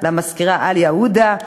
למזכירה עאליה עודה,